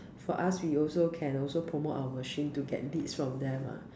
for us we also can also promote our machine to get leads from them lah